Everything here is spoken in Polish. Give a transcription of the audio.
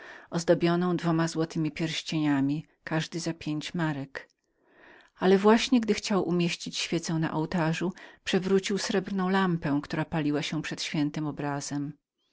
ozdobioną dwoma złotemi pierścieniami każdy za pięć marków ale właśnie gdy chciał położyć świecę na ołtarzu przewrócił srebrną lampę która paliła się przed świętym obrazem